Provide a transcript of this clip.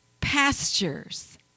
pastures